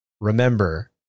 Remember